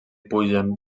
pugen